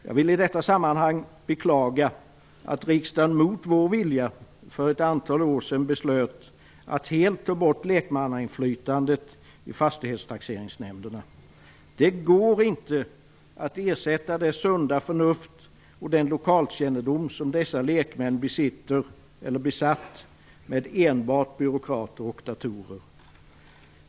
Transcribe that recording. Jag vill i detta sammanhang beklaga att riksdagen mot vår vilja för ett antal år sedan beslöt att helt ta bort lekmannainflytandet i fastighetstaxeringsnämnderna. Det går inte att ersätta det sunda förnuft och den lokalkännedom som dessa lekmän besatt med enbart byråkrater och datorer.